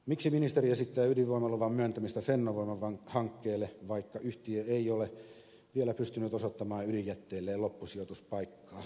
miksi ministeri esittää ydinvoimaluvan myöntämistä fennovoiman hankkeelle vaikka yhtiö ei ole vielä pystynyt osoittamaan ydinjätteelleen loppusijoituspaikkaa